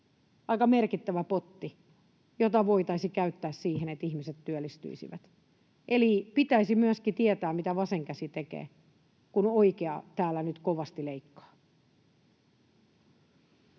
aika merkittävä potti, jota voitaisi käyttää siihen, että ihmiset työllistyisivät. Eli pitäisi myöskin tietää, mitä vasen käsi tekee, kun oikea täällä nyt kovasti leikkaa.